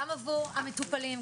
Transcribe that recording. גם עבור המטופלים,